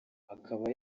akaba